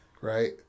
right